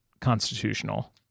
constitutional